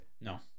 No